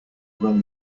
run